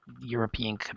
European